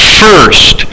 first